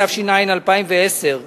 התש"ע 2010,